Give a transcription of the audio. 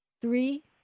three